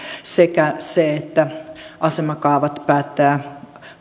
sekä se että asemakaavat päättää